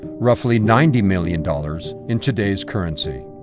roughly ninety million dollars in today's currency.